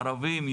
ערבים,